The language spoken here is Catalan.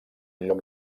lloc